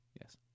Yes